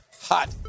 hot